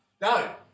No